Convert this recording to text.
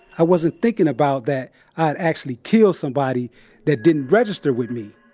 i wasn't thinking about that i had actually killed somebody that didn't register with me.